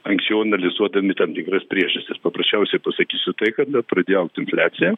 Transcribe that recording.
anksčiau analizuodami tam tikras priežastis paprasčiausiai pasakysiu tai kad pradėjo augt infliacija